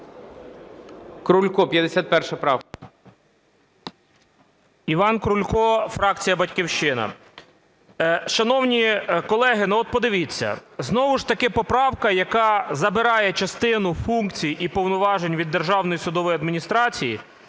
Іван Крулько, фракція "Батьківщина". Шановні колеги, от подивіться, знову ж таки поправка, яка забирає частину функцій і повноважень від Державної судової адміністрації